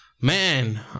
Man